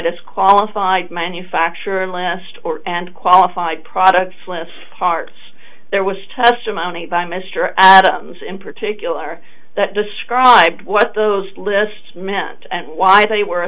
if qualified manufacturer in last or and qualified products with hearts there was testimony by mr adams in particular that described what those lists meant and why they were